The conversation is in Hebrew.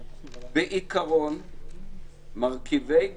בעיקרון מרכיבי ביטחון,